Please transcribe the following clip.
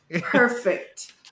perfect